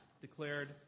declared